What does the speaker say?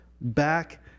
back